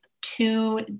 two